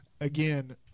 Again